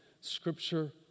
Scripture